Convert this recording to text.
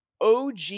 OG